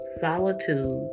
solitude